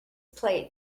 plate